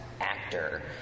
actor